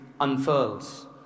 unfurls